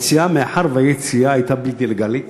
מאחר שהיציאה הייתה בלתי לגלית,